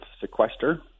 sequester